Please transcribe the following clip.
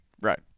Right